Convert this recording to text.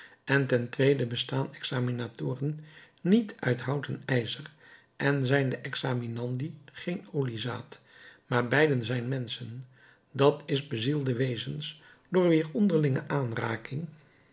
en ten tweede bestaan examinatoren niet uit hout en ijzer en zijn de examinandi geen oliezaad maar beiden zijn menschen d i bezielde wezens door wier onderlinge aanraking